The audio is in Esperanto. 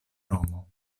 nomo